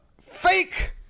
fake